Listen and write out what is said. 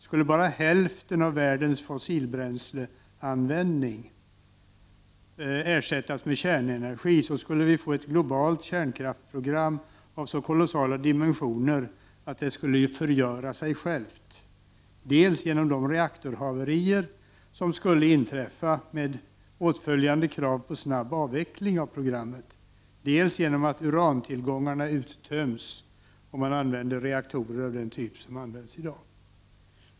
Skulle bara hälften av världens fossilbränsleanvändning ersättas med kärnenergi så skulle vi få ett globalt kärnkraftsprogram av så kolossala dimensioner att det skulle förgöra sig självt, dels på grund av de reaktorhaverier som skulle inträffa med åtföljande krav på snabb avveckling av programmet, dels på grund av att urantillgångarna uttöms, om man använder reaktorer av den typ som används i dag.